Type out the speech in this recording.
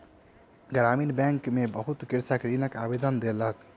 ग्रामीण बैंक में बहुत कृषक ऋणक आवेदन देलक